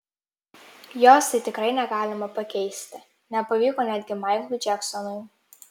jos tai tikrai negalima pakeisti nepavyko netgi maiklui džeksonui